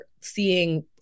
seeing